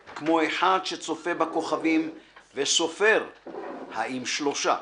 / כמו אחד שצופה בכוכבים וסופר / האם שלושה.